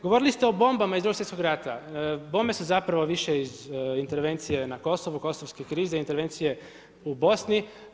Govorili ste o bombama iz Drugog svjetskog rata, bombe su zapravo više iz intervencije na Kosovu, kosovske krize, intervencije u Bosni.